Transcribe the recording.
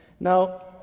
Now